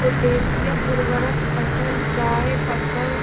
potassium उर्वरक फसल चयापचय